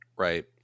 Right